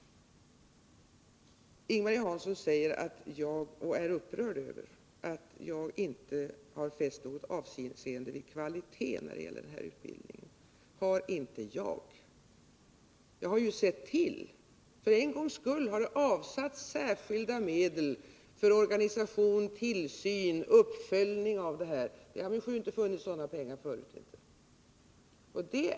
Ing-Marie Hansson är upprörd över att jag inte har fäst något avseende vid kvaliteten när det gäller utbildningen. Har inte jag gjort det! Jag har ju sett till att det för en gångs skull avsatts särskilda medel för organisation, tillsyn och uppföljning av det här. Det har min själ inte funnits sådana pengar förut.